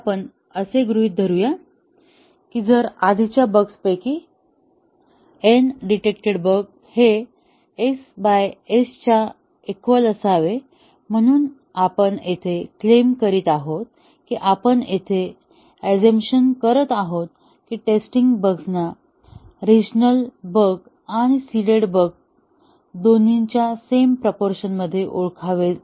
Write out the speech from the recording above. मग आपण असे गृहीत धरूया की जर आधीच्या बग्स पैकी n डिटेक्टेड बग हे s S च्या इक्वल असावे म्हणून आपण येथे क्लेम करीत आहोत किंवा आपण येथे असे अझम्पशन करत आहोत की टेस्टिंग बग्स ना रिजिनल बग आणि सीडेड बग दोन्ही च्या सेम प्रोपोरशन मध्ये ओळखले जावे